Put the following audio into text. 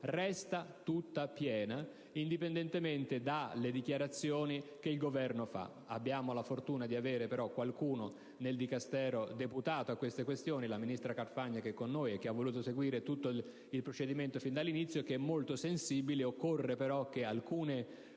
resta tutto, indipendentemente dalle dichiarazioni del Governo. Abbiamo la fortuna di avere però qualcuno nel Dicastero deputato a tali questioni, la ministra Carfagna che è con noi e che ha voluto seguire tutto il procedimento fin dall'inizio, che è molto sensibile alla questione. Occorre però che alcune